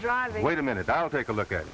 driving wait a minute i'll take a look at